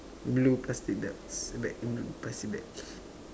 blue plastic belts bags plastic bags